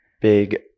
big